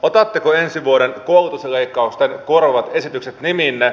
otatteko ensi vuoden koulutusleikkausten korvaavat esitykset nimiinne